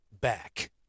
back